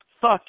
Fuck